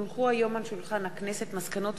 כי הונחו היום על שולחן הכנסת מסקנות